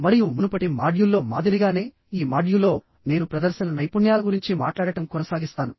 మరియు మునుపటి మాడ్యూల్లో మాదిరిగానే ఈ మాడ్యూల్లోనేను ప్రదర్శన నైపుణ్యాలగురించి మాట్లాడటం కొనసాగిస్తాను